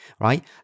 Right